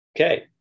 okay